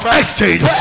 exchange